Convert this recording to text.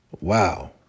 Wow